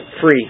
free